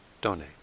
donate